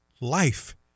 life